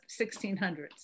1600s